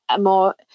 more